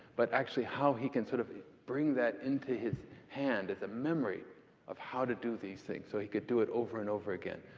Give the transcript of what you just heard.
but, actually, how he can sort of bring that into his hand as a memory of how to do these things, so he could do it over and over again.